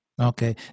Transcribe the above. Okay